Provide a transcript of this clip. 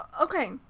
okay